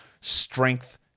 strength